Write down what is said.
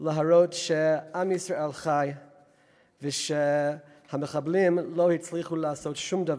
להראות שעם ישראל חי ושהמחבלים לא הצליחו לעשות שום דבר.